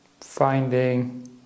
finding